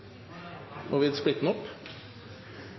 må vi splitte opp